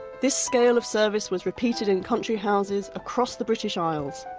this scale of service was repeated in country houses across the british isles.